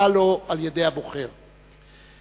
הבין-לאומי לזכויות האדם.